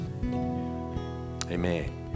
Amen